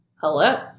Hello